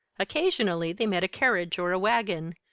occasionally they met a carriage or a wagon,